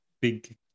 big